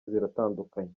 ziratandukanye